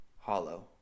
hollow